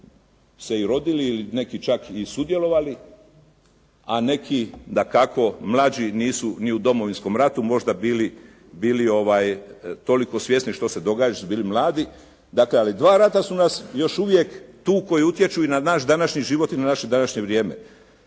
se i rodili ili neki čak i sudjelovali a neki dakako mlađi nisu ni u Domovinskom ratu možda bili toliko svjesni što se događa jer su bili mladi, dakle, ali dva rata su nas još uvijek tu koji utječu i na naš današnji život i na naše današnje vrijeme.